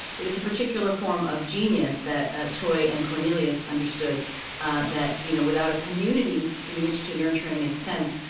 it is a particular form of genius that ah troy and cornelius understood that you know without a community, in which to nurture and make sense,